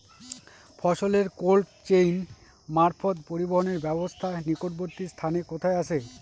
ফসলের cold chain মারফত পরিবহনের ব্যাবস্থা নিকটবর্তী স্থানে কোথায় আছে?